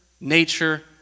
nature